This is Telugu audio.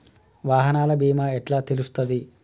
వాహనాల బీమా ఎట్ల తెలుస్తది?